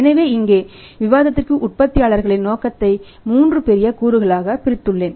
எனவே இங்கே நம் விவாதத்திற்கு உற்பத்தியாளர்களின் நோக்கத்தை மூன்று பெரிய கூறுகளாக பிரித்துள்ளேன்